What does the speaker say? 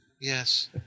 Yes